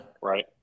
Right